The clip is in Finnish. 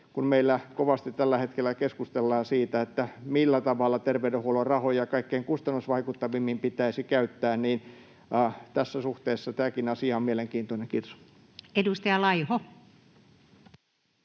kun meillä kovasti tällä hetkellä keskustellaan siitä, millä tavalla terveydenhuollon rahoja kaikkein kustannusvaikuttavimmin pitäisi käyttää, niin tässä suhteessa tämäkin asia on mielenkiintoinen. — Kiitos. Edustaja Laiho.